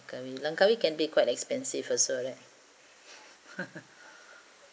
langkawi langkawi can be quite expensive as well right